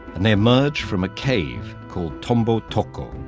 and they emerged from a cave called tambo toco.